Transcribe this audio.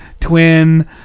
twin